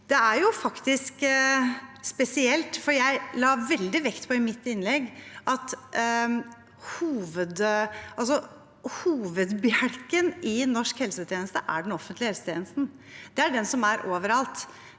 innlegg at hovedbjelken i norsk helsetjeneste er den offentlige helsetjenesten.